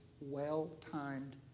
well-timed